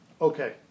Okay